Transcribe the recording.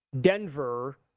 Denver